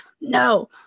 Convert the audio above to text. no